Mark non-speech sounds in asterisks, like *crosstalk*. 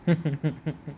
*laughs*